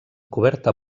coberta